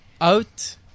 Out